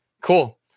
Cool